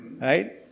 Right